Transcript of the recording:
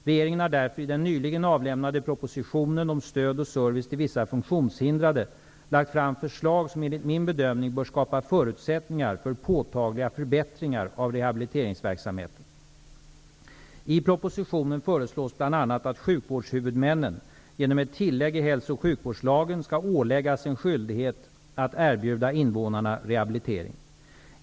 Regeringen har därför i den nyligen avlämnade propositionen om stöd och service till vissa funktionshindrade lagt fram förslag som enligt min bedömning bör skapa förutsättningar för påtagliga förbättringar av rehabiliteringsverksamheten. I propositionen föreslås bl.a. att sjukvårdshuvudmännen genom ett tillägg i hälsooch sjukvårdslagen skall åläggas en skyldighet att erbjuda invånarna rehabilitering.